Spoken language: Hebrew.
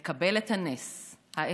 / לקבל את הנס האחד,